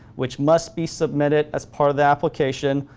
which must be submitted as part of the application.